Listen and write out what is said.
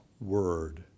word